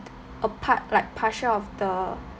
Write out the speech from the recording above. a part like partial of the